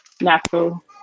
natural